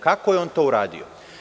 Kako je on to uradio?